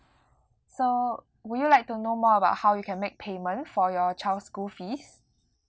so would you like to know more about how you can make payment for your child's school fees